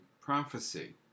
prophecy